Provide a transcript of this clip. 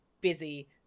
busy